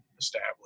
Established